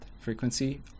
frequency